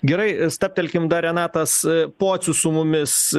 gerai stabtelkim dar renatas pocius su mumis